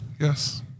Yes